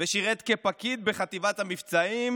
ושירת כפקיד בחטיבת המבצעים,